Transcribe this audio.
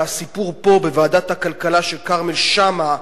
הסיפור פה בוועדת הכלכלה של כרמל שאמה,